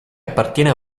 appartiene